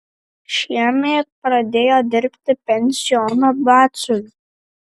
šiemet pradėjo dirbti pensiono batsiuviu